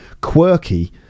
quirky